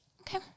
okay